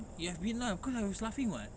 you have been lah cause I was laughing [what]